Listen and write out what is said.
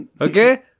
Okay